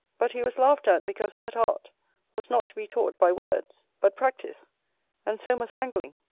but he was laughed at because that art was not to be taught by words, but practice and so must angling.